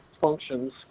functions